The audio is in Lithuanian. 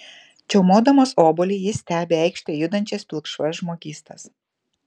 čiaumodamas obuolį jis stebi aikšte judančias pilkšvas žmogystas